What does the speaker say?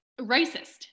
racist